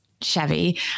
chevy